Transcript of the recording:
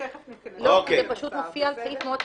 תיכף ניכנס --- כי זה פשוט מופיע על סעיף מאוד ספציפי.